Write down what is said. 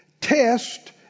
Test